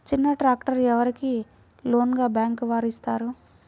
చిన్న ట్రాక్టర్ ఎవరికి లోన్గా బ్యాంక్ వారు ఇస్తారు?